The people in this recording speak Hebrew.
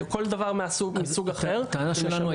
כל דבר מסוג אחר.